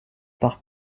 par